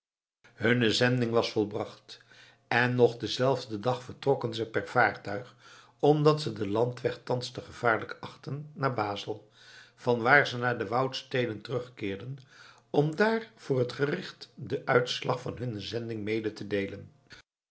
hunne zending was volbracht en nog denzelfden dag vertrokken ze per vaartuig omdat ze den landweg thans te gevaarlijk achtten naar bazel vanwaar ze naar de woudsteden terugkeerden om daar voor het gericht den uitslag van hunne zending mede te deelen